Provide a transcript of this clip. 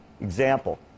Example